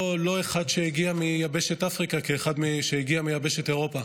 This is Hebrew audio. אחד שהגיע מיבשת אפריקה לא כאחד שהגיע מיבשת אירופה.